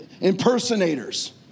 impersonators